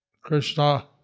Krishna